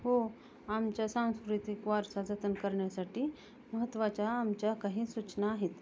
हो आमच्या सांस्कृतिक वारसा जतन करण्यासाठी महत्त्वाच्या आमच्या काही सूचना आहेत